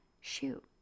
shoot